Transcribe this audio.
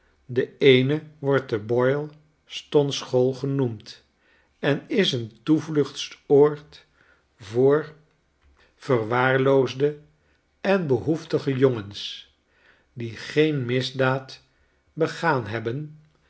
de eene wordt de boylston school genoemd en is een toevluchtsoord voor verwaarloosde en behoeftige jongens die geen misdaad begaan hebben